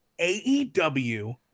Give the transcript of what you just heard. AEW